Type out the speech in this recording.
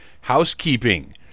housekeeping